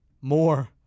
More